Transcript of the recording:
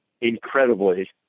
incredibly